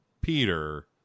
Peter